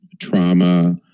trauma